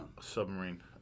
Submarine